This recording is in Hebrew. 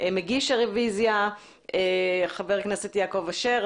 מגיש הרביזיה חבר הכנסת יעקב אשר.